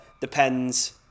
depends